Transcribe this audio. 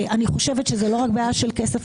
אני חושבת שזאת לא רק בעיה של כסף.